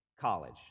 college